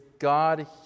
God